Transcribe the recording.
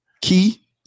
Key